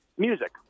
music